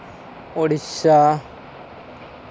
Odisha